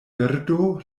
birdo